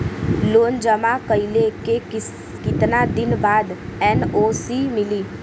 Loan जमा कइले के कितना दिन बाद एन.ओ.सी मिली?